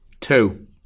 Two